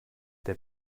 der